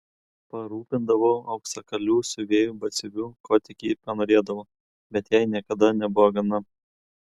parūpindavau auksakalių siuvėjų batsiuvių ko tik ji panorėdavo bet jai niekada nebuvo gana